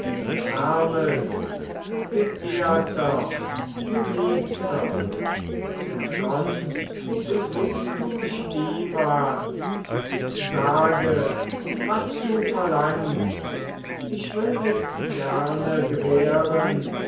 hermes geehrter geliebter denn sonst besuchst du mich niemals sage was du verlangst ich will es gerne gewähren